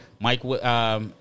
Mike